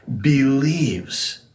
believes